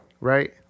right